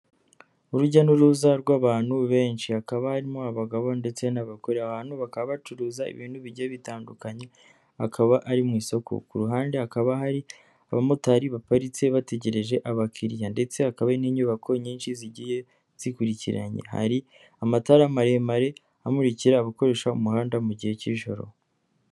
Urujya n'uruza rw'abantu benshi hakaba harimo abagabo ndetse bakaba bacuruza ibintu bigiye bitandukanye, hakaba ari mu isoko, ku ruhande hakaba hari abamotari baparitse bategereje abakiriya, ndetse hakaba n'inyubako nyinshi zigiye zikurikiranye, hari amatara maremare amurikira gukoresha umuhanda mu gihe cy'ijoro.